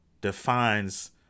defines